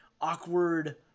awkward